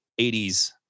80s